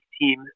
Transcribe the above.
team